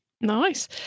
Nice